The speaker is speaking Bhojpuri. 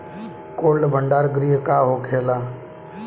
कोल्ड भण्डार गृह का होखेला?